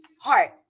heart